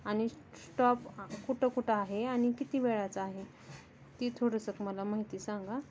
आणि स्टॉप कुठं कुठं आहे आणि किती वेळाचं आहे ती थोडसं मला माहिती सांगा